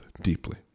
deeply